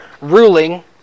ruling